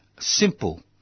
Simple